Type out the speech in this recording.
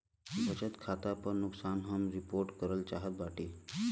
बचत खाता पर नुकसान हम रिपोर्ट करल चाहत बाटी